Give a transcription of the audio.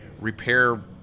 repair